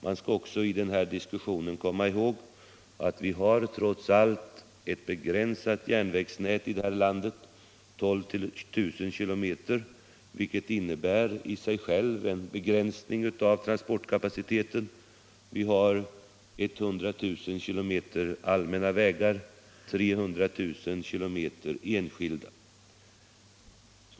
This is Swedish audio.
Man skall också i denna diskussion komma ihåg att vi trots allt har ett begränsat järnvägsnät här i landet, 12 000 km, och det innebär i sig självt en klar begränsning av transportkapaciteten. Däremot har vi 100 000 km allmänna och 300 000 km enskilda vägar.